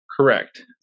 Correct